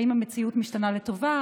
האם המציאות משתנה לטובה?